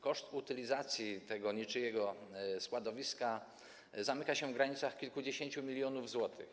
Koszt utylizacji tego niczyjego składowiska zamyka się w granicach kilkudziesięciu milionów złotych.